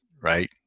right